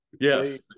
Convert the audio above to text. Yes